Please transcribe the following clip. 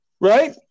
Right